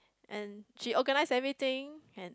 and she organized everything and